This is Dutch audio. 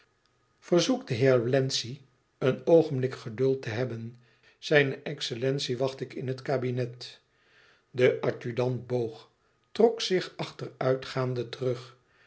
den heer wlenzci een oogenblik geduld te hebben zijne excellentie wacht ik in het kabinet de adjudant boog trok zich achteruitgaande terug